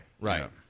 right